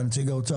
אתה נציג האוצר,